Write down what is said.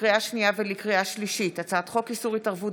לקריאה שנייה ולקריאה שלישית: הצעת חוק איסור התערבות